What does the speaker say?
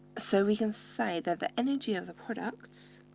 so we can say that the energy of the products